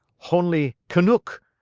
honly canuck,